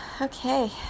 Okay